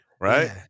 Right